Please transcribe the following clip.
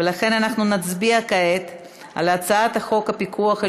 ולכן אנחנו נצביע כעת על הצעת חוק הפיקוח על